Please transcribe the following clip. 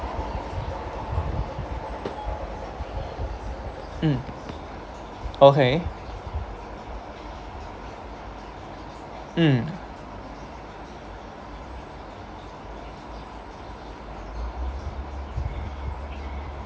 mm okay mm